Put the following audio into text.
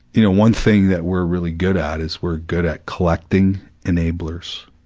you know, one thing that we're really good at is we're good at collecting enablers.